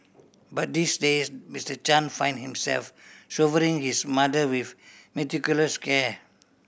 but these days Mister Chan find himself showering his mother with meticulous care